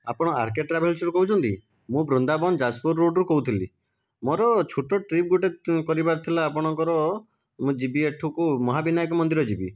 ଆପଣ R K ଟ୍ରାଭେଲ୍ସରୁ କହୁଛନ୍ତି ମୁଁ ବୃନ୍ଦାବନ ଯାଜପୁର ରୋଡ଼ରୁ କହୁଥିଲି ମୋର ଛୋଟ ଟ୍ରିପ୍ ଗୋଟିଏ କରିବାର ଥିଲା ଆପଣଙ୍କର ମୁଁ ଯିବି ଏଠିକୁ ମହାବିନାୟକ ମନ୍ଦିର ଯିବି